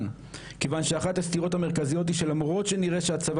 כי אחת הסתירות המרכזיות היא שלמרות שנראה שהצבא